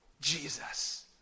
Jesus